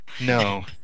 No